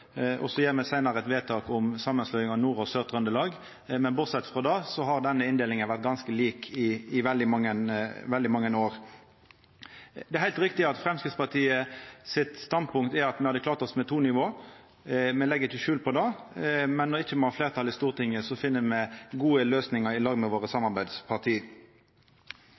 Så gjer me seinare eit vedtak om samanslåing av Nord- og Sør-Trøndelag, men bortsett frå det har denne inndelinga vore ganske lik i veldig mange år. Det er heilt riktig at Framstegspartiet sitt standpunkt er at me hadde klart oss med to nivå. Me legg ikkje skjul på det, men når me ikkje har fleirtal i Stortinget, finn me gode løysingar i lag med samarbeidspartia våre.